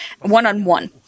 one-on-one